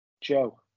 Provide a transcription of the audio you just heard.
Joe